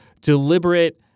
deliberate